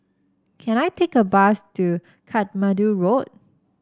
can I take a bus to Katmandu Road